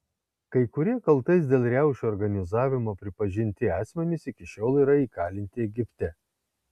kai kurie kaltais dėl riaušių organizavimo pripažinti asmenys iki šiol yra įkalinti egipte